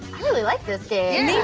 really like this